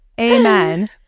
amen